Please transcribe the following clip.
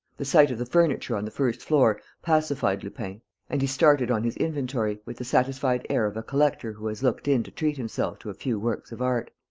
the sight of the furniture on the first floor pacified lupin and he started on his inventory with the satisfied air of a collector who has looked in to treat himself to a few works of art